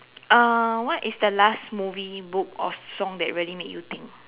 uh what is the last movie book or song that really made you think